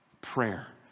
Prayer